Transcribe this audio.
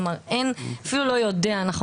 אפילו לא יודעים,